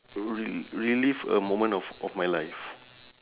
re~ relive a moment of of my life